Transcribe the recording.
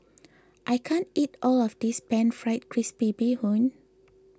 I can't eat all of this Pan Fried Crispy Bee Hoon